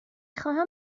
خواهم